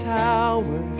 tower